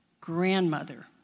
grandmother